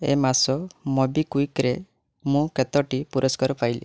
ଏ ମାସ ମୋବିକ୍ଵିକ୍ରେ ମୁଁ କେତୋଟି ପୁରସ୍କାର ପାଇଲି